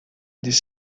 des